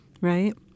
right